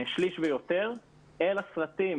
שליש ויותר, אל הסרטים